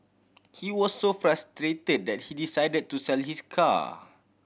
he was so frustrated that he decided to sell his car